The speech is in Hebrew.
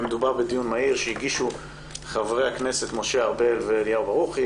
מדובר בדיון מהיר שהגישו חברי הכנסת משה ארבל ואליהו ברוכי